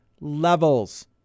levels